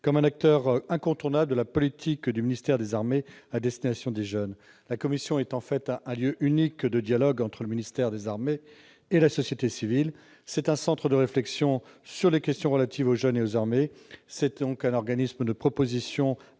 comme un acteur incontournable de la politique du ministère des armées à destination des jeunes. La commission est en fait un lieu unique de dialogue entre le ministère des armées et la société civile. Centre de réflexion sur les questions relatives aux jeunes et aux armées, elle est un organisme de proposition